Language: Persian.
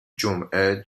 جمعه